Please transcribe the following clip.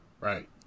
Right